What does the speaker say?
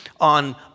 on